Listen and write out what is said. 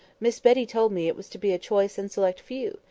miss betty told me it was to be a choice and select few,